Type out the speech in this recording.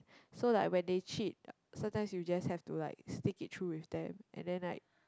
so like when they cheat sometimes you just have to like stick it through with them and then like